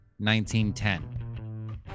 1910